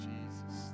Jesus